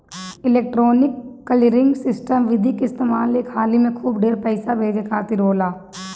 electronic clearing system विधि के इस्तेमाल एक हाली में खूब ढेर पईसा भेजे खातिर होला